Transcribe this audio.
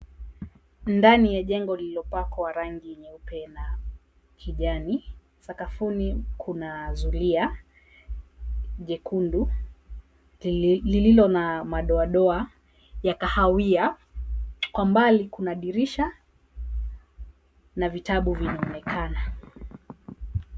Ndani ya jengo lililopakwa rangi nyeupe na kijani, sakafuni kuna zulia jekundu lililo na madoadoa ya kahawai kwa mbali kuna dirisha na vitabu vinne.